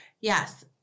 Yes